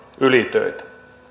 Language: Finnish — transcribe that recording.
ylitöitä